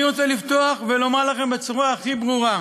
אני רוצה לפתוח ולומר לכם בצורה ברורה,